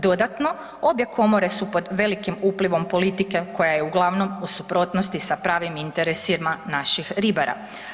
Dodatno obje komore su pod velikim uplivom politike koja je uglavnom u suprotnosti sa pravnim interesima naših ribara.